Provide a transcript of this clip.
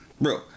Bro